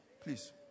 please